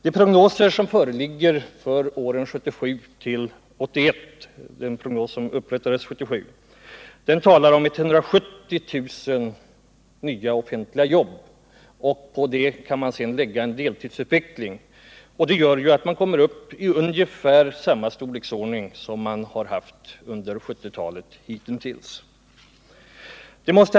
Den prognos som upprättades 1977 för åren 1977-1981 talar om 170 000 nya offentliga jobb, och till detta kan sedan läggas vad en utveckling mot deltidsarbeten ger. Det gör att om prognosen blir verklighet så kommer man upp i samma storleksordning som man haft hittills under 1970-talet.